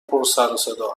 پرسروصدا